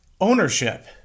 Ownership